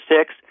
six